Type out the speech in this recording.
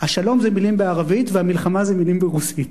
השלום זה מלים בערבית והמלחמה זה מלים ברוסית.